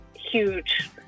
huge